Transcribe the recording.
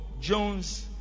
jones